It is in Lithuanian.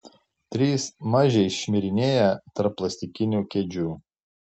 trys mažiai šmirinėja tarp plastikinių kėdžių